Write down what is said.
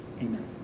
amen